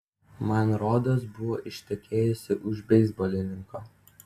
man rodos buvo ištekėjusi už beisbolininko